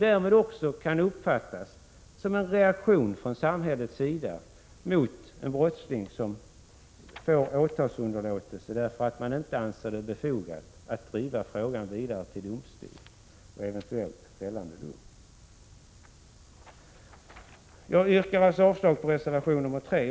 Därför kan det uppfattas som en reaktion från samhällets sida mot en brottsling, trots att denne slipper åtal på grund av att man inte anser det befogat att driva frågan vidare till domstol och eventuellt fällande dom. Jag yrkar avslag också på reservation 3.